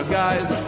guys